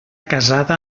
casada